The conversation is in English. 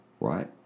right